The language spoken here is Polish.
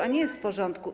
A nie jest w porządku.